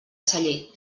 celler